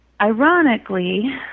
Ironically